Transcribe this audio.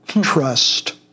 trust